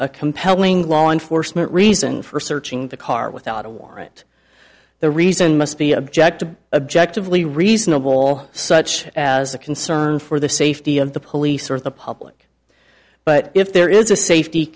a compelling law enforcement reason for searching the car without a warrant the reason must be objective objective lee reasonable such as a concern for the safety of the police or the public but if there is a safety